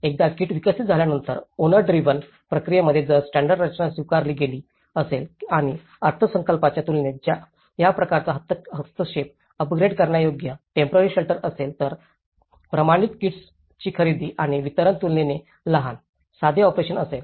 एकदा किट विकसित झाल्यानंतर ओनर ड्रिव्हनच्या प्रक्रियेमध्ये जर स्टॅंडर्ड रचना स्वीकारली गेली असेल आणि अर्थसंकल्पाच्या तुलनेत या प्रकारचा हस्तक्षेप अपग्रेड करण्यायोग्य टेम्पोरारी शेल्टर असेल तर प्रमाणित किट्सची खरेदी आणि वितरण तुलनेने लहान साधे ऑपरेशन असेल